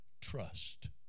trust